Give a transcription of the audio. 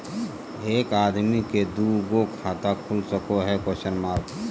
एक आदमी के दू गो खाता खुल सको है?